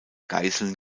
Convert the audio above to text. geiseln